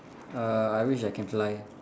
uh I wish I can fly